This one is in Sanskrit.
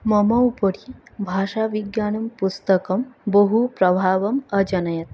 मम उपरि भाषाविज्ञानं पुस्तकं बहुप्रभावम् अजनयत्